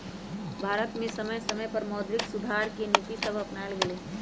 भारत में समय समय पर मौद्रिक सुधार के नीतिसभ अपानाएल गेलइ